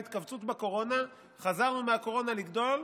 הייתה התכווצות בקורונה, חזרנו מהקורונה לגדול,